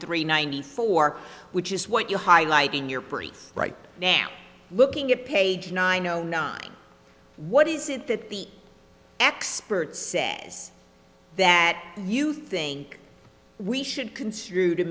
three ninety four which is what you're highlighting you're pretty right now looking at page nine zero nine what is it that the experts say that you think we should construed